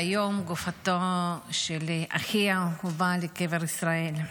והיום גופתו של אחיה הובאה לקבר ישראל.